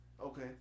Okay